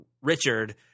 Richard